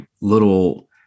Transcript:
little